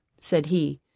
said he,